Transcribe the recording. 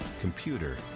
computer